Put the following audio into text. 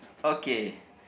okay